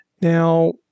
Now